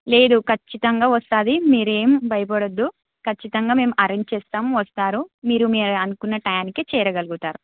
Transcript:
లేదు ఖచ్చితంగా వస్తుంది మీరేమి భయపడవద్దు ఖచ్చితంగా మేము అరేంజ్ చేస్తాము వస్తారు మీరు మీ అనుకున్న టైమ్కి చేరగలుగుతారు